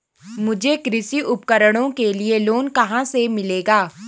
मुझे कृषि उपकरणों के लिए लोन कहाँ से मिलेगा?